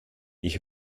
ich